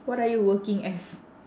what are you working as